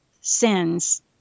sins